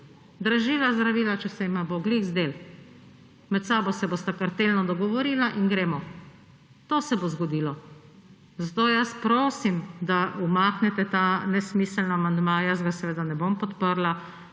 Dražila zdravila, če se jima bo ravno zazdelo. Med sabo se bosta kartelno dogovorila in gremo, to se bo zgodilo. Zato prosim, da umaknete ta nesmiselni amandma. Jaz ga seveda ne bom podprla.